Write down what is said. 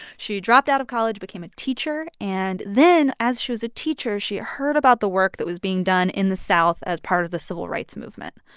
she dropped out of college, became a teacher. and then, as she was a teacher, she heard about the work that was being done in the south as part of the civil rights movement.